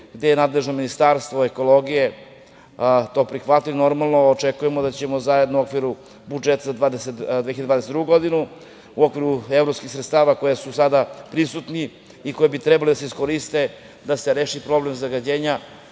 gde je nadležno Ministarstvo ekologije. To prihvatamo, normalno, i očekujemo da ćemo zajedno u okviru budžeta za 2022. godinu, u okviru evropskih sredstava koja su sada prisutna i koja bi trebalo da se iskoriste da se reši problem zagađenja,